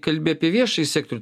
kalbi apie viešąjį sektorių